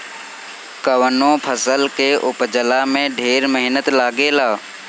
कवनो फसल के उपजला में ढेर मेहनत लागेला